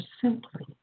simply